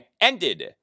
ended